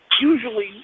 usually